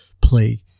play